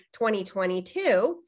2022